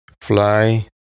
fly